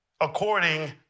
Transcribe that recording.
according